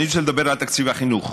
אני רוצה לדבר על תקציב החינוך.